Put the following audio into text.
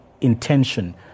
intention